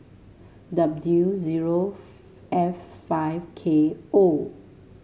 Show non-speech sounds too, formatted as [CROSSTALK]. W zero [UNINTELLIGIBLE] F five K O